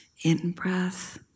in-breath